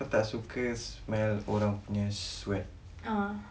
kau tak suka smell orang punya sweat